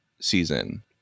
season